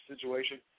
situation